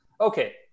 okay